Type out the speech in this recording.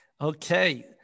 Okay